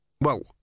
Well